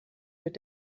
mit